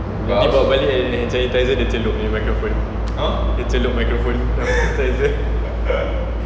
nanti bawa balik ada hand sanitiser dia celup dia punya microphone dia celup microphone hand sanitiser